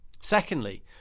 Secondly